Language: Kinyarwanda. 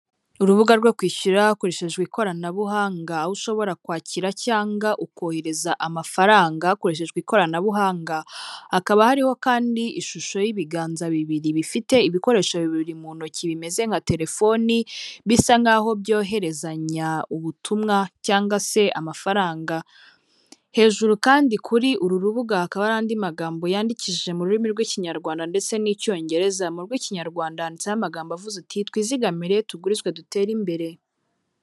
Urubuga rwo kwishyura hakoreshejwe ikoranabuhanga, aho ushobora kwakira cyangwa ukohereza amafaranga hakoreshejwe ikoranabuhanga, hakaba hariho kandi ishusho y'ibiganza bibiri bifite ibikoresho bibiri mu ntoki bimeze nka telefoni, bisa nkaho byohezanya ubutumwa cyangwa se amafaranga, hejuru kandi kuri uru rubuga hakaba hari n'andi magambo yandikishije mu rurimi rw'ikinyarwanda ndetse n'icyongereza, mu rw'ikinyarwanda yanditseho amagambo avuze uti twizigamire tugurizwe dutere imbere.